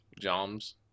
Joms